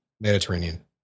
Mediterranean